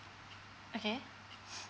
okay